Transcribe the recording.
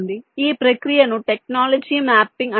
ఈ ప్రక్రియను technology mapping అంటారు